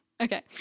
Okay